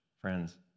friends